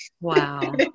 Wow